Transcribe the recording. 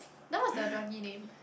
then what's the druggy name